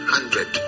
Hundred